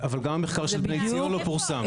גם המחקר של בני ציון לא פורסם.